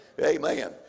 Amen